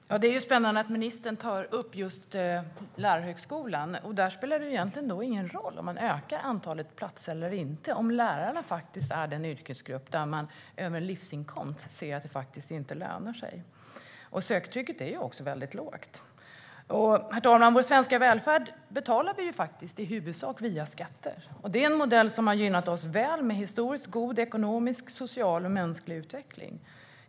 Herr talman! Det är spännande att ministern tar upp just lärarutbildningen. Men vad spelar det för roll att öka antalet platser om livsinkomsten visar att det inte lönar sig att studera till lärare? Söktrycket är ju också väldigt lågt. Vår svenska välfärd betalar vi i huvudsak via skatter. Det är en modell som har gynnat oss väl med historiskt god ekonomisk, social och mänsklig utveckling.